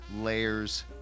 layers